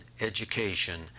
education